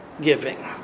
giving